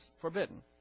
forbidden